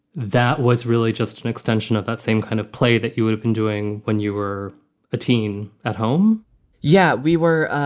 that was really just an extension of that same kind of play that you would have been doing when you were a teen at home yeah, we were.